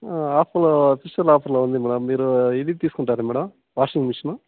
ఆఫర్లో స్పెషల్ ఆఫర్లో ఉంది మేడమ్ ఇప్పుడు ఇది తీసుకుంటారా మేడమ్ వాషింగ్ మిషను